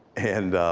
and,